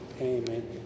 Amen